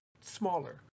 smaller